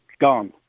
Gone